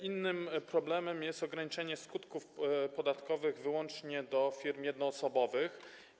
Innym problemem jest ograniczenie skutków podatkowych wyłącznie do firm jednoosobowych.